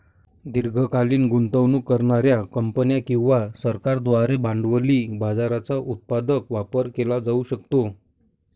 दीर्घकालीन गुंतवणूक करणार्या कंपन्या किंवा सरकारांद्वारे भांडवली बाजाराचा उत्पादक वापर केला जाऊ शकतो